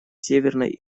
северной